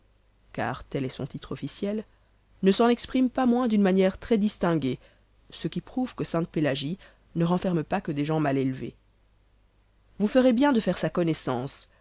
ne s'en exprime pas moins d'une manière très distinguée ce qui prouve que sainte-pélagie ne renferme pas que des gens mal élevés vous ferez bien de faire sa connaissance